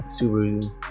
Subaru